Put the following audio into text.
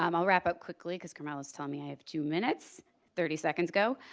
um i'll wrap up quickly because carmel is tell me i have two minutes thirty seconds ago.